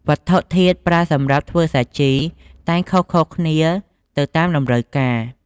វត្ថុធាតុប្រើសម្រាប់ធ្វើសាជីនេះតែងខុសៗគ្នាទៅតាមតម្រូវការ។